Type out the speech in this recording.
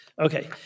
Okay